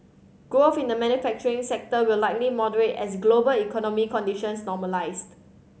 growth in the manufacturing sector will likely moderate as global economic conditions normalise